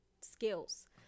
skills